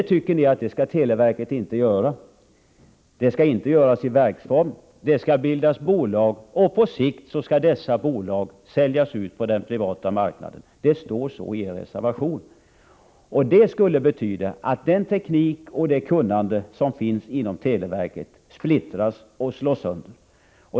Ni tycker att televerket inte skall göra detta — det skall inte göras i verksform, utan det skall bildas bolag, och på sikt skall dessa bolag säljas ut på den privata marknaden. Det står så i er reservation. Det skulle betyda att den teknik och det kunnande som finns inom televerket splittras och slås sönder.